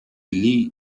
lee